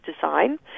design